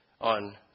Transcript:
on